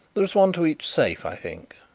there is one to each safe, i think?